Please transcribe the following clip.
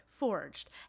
forged